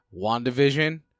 wandavision